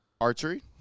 Archery